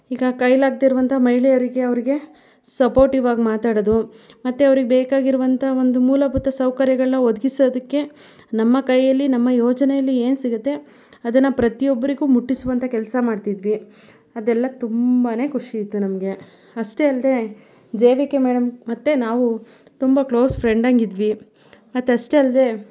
ಈಗ ಕೈಲಿ ಆಗ್ದಿರುವಂಥ ಮಹಿಳೆಯರಿಗೆ ಅವರಿಗೆ ಸಪೋರ್ಟಿವಾಗಿ ಮಾತಾಡೋದು ಮತ್ತೆ ಅವ್ರಿಗೆ ಬೇಕಾಗಿರುವಂಥ ಒಂದು ಮೂಲಭೂತ ಸೌಕರ್ಯಗಳನ್ನ ಒದಗಿಸೋದಕ್ಕೆ ನಮ್ಮ ಕೈಯ್ಯಲ್ಲಿ ನಮ್ಮ ಯೋಜನೆಯಲ್ಲಿ ಏನು ಸಿಗುತ್ತೆ ಅದನ್ನು ಪ್ರತಿಯೊಬ್ಬರಿಗು ಮುಟ್ಟಿಸುವಂಥ ಕೆಲಸ ಮಾಡ್ತಿದ್ವಿ ಅದೆಲ್ಲ ತುಂಬನೇ ಖುಷಿ ಇತ್ತು ನಮಗೆ ಅಷ್ಟೆ ಅಲ್ಲದೆ ಜೆ ವಿ ಕೆ ಮೇಡಮ್ ಮತ್ತೆ ನಾವು ತುಂಬ ಕ್ಲೋಸ್ ಫ್ರೆಂಡಂಗೆ ಇದ್ವಿ ಮತ್ತು ಅಷ್ಟೆ ಅಲ್ಲದೆ